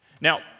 Now